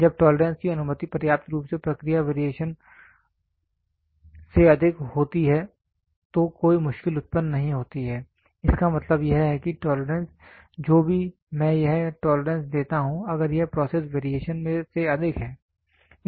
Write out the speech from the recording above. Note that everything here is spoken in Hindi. जब टोलरेंस की अनुमति पर्याप्त रूप से प्रक्रिया वेरिएशन ओं से अधिक होती है तो कोई मुश्किल उत्पन्न नहीं होती है इसका मतलब यह है कि टोलरेंस जो भी मैं यह टोलरेंस देता हूं अगर यह प्रोसेस वेरिएशन से अधिक है